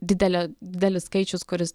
didelė didelis skaičius kuris